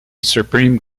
supreme